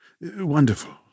Wonderful